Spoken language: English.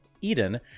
*Eden*